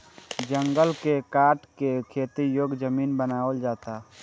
जंगल के काट के खेती योग्य जमीन बनावल जाता